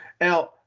Now